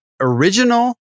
original